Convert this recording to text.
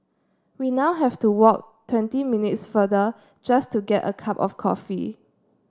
we now have to walk twenty minutes farther just to get a cup of coffee